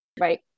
Right